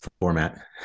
format